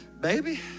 Baby